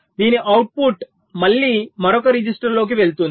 దీని అవుట్పుట్ మళ్ళీ మరొక రిజిస్టర్లోకి వెళుతుంది